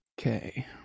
Okay